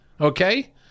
okay